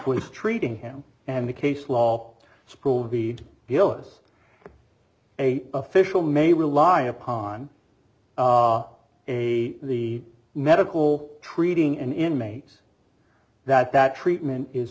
treating him and the case law school b b o s a official may rely upon a the medical treating an inmate that that treatment is